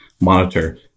monitor